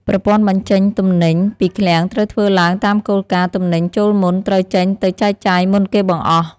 ប្រព័ន្ធបញ្ចេញទំនិញពីឃ្លាំងត្រូវធ្វើឡើងតាមគោលការណ៍ទំនិញចូលមុនត្រូវចេញទៅចែកចាយមុនគេបង្អស់។